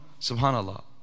subhanAllah